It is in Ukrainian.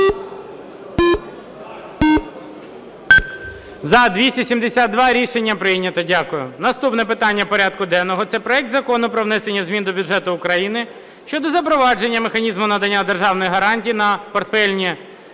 За-272 Рішення прийнято. Дякую. Наступне питання порядку денного – це проект Закону про внесення змін до бюджету України щодо запровадження механізму надання державних гарантій на портфельній